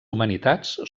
humanitats